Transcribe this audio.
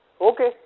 Okay